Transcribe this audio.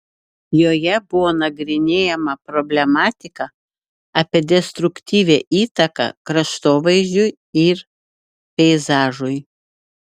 joje buvo nagrinėjama problematika apie destruktyvią įtaką kraštovaizdžiui ir peizažui